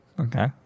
Okay